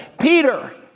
Peter